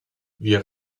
wir